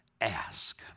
ask